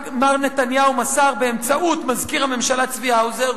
מר נתניהו מסר באמצעות מזכיר הממשלה צבי האוזר,